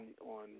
on